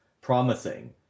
promising